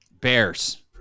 Bears